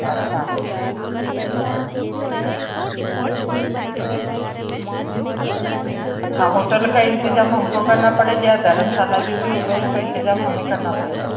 अच्छा अच्छा हॉटल का इन्तेज़ाम हम को करना पड़ेगा या धर्मशाला जो भी होगा उसका इन्तेज़ाम हमें करना पड़ेगा